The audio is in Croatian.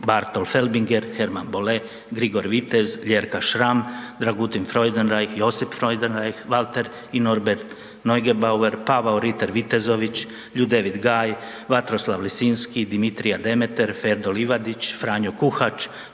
Bartol Felbinger, Hermann Bolle, Grigor Vitez, Ljerka Šram, Dragutin Freudenreich, Josip Freudenreich, Walter i Norbert Neugebauer, Pavao Riter Vitezović, Ljudevit Gaj, Vatroslav Lisinski, Dimitrija Demetar, Ferdo Livadić, Franjo Kuhač,